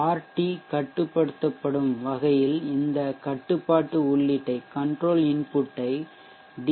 RT கட்டுப்படுத்தப்படும் வகையில் இந்த கட்டுப்பாட்டு உள்ளீட்டை டி